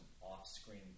off-screen